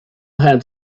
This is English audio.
had